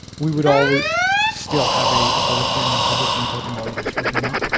we would always still have a public hearing and public input and all of this, would we not?